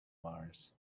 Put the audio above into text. mars